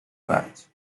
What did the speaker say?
fact